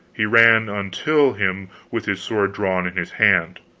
he ran until him with his sword drawn in his hand.